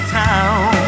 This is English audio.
town